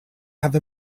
have